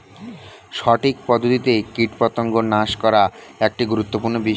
সঠিক পদ্ধতিতে কীটপতঙ্গ নাশ করা একটি গুরুত্বপূর্ণ বিষয়